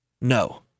No